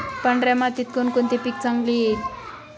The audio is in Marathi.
पांढऱ्या मातीत कोणकोणते पीक चांगले येईल?